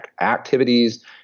activities